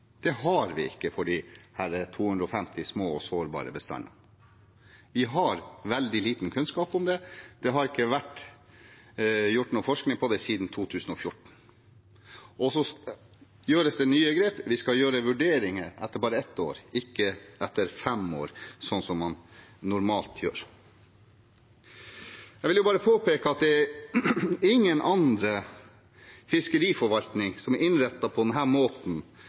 Det har vi ikke for disse 250 små og sårbare bestandene. Vi har veldig lite kunnskap om det. Det har ikke vært gjort noen forskning på det siden 2014. Det tas nye grep. Vi skal gjøre vurderinger etter bare ett år, ikke etter fem år, sånn som man normalt gjør. Jeg vil påpeke at det er ingen annen fiskeriforvaltning som er innrettet på den måten